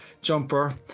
jumper